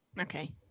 Okay